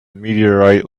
meteorite